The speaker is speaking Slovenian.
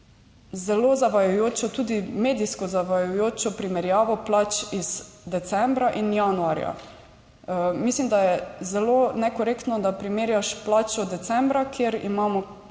zelo zavajajočo, tudi medijsko zavajajočo primerjavo plač iz decembra in januarja. Mislim, da je zelo nekorektno, da primerjaš plačo decembra, kjer imamo